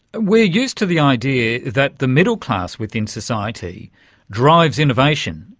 we're used to the idea that the middle class within society drives innovation,